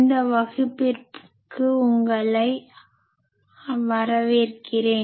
இந்த வகுப்பிற்கு உங்களை வரவேற்கிறேன்